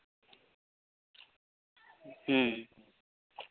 ᱦᱩᱸ ᱦᱩᱸ